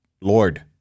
Lord